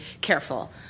careful